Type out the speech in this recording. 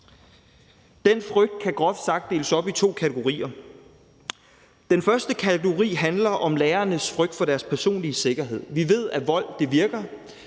Den frygt kan groft sagt deles op i to kategorier. Den første kategori handler om lærernes frygt for deres personlige sikkerhed. Vi ved, at vold virker.